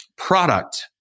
Product